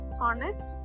honest